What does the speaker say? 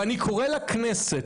אני קורא לכנסת,